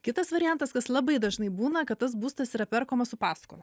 kitas variantas kas labai dažnai būna kad tas būstas yra perkamas su paskola